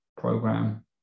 program